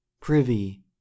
Privy